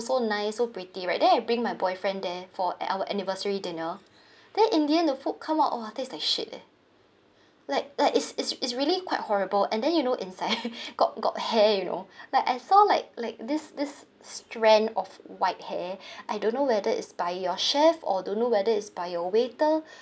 so nice so pretty right then I bring my boyfriend there for an our anniversary dinner then in the end the food come out !wah! taste like shit leh like like is is is really quite horrible and then you know inside got got hair you know like I saw like like this this strand of white hair I don't know whether it's by your chef or don't know whether it's by your waiter